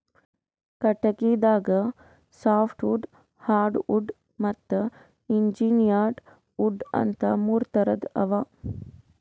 ಕಟಗಿದಾಗ softwood hardwood ಮತ್ತ್ engineered wood ಅಂತಾ ಮೂರ್ ಥರದ್ ಅವಾ